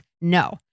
No